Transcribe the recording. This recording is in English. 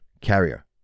carrier